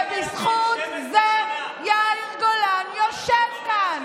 ובזכות זה יאיר גולן יושב כאן,